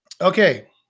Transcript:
Okay